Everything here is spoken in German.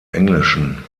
englischen